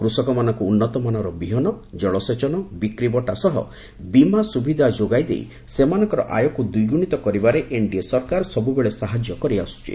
କୃଷକମାନଙ୍କୁ ଉନ୍ତମାନର ବିହନ ଜଳସେଚନ ବିକ୍ରିବଟା ସହ ବୀମା ସୁବିଧା ଯୋଗାଇ ଦେଇ ସେମାନଙ୍କର ଆୟକୁ ଦ୍ୱିଗୁଣିତ କରିବାରେ ଏନ୍ଡିଏ ସରକାର ସବୁବେଳେ ସାହାଯ୍ୟ କରିଆସୁଛି